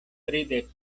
tridek